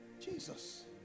Jesus